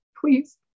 Please